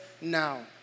now